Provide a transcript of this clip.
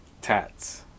Tats